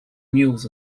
mules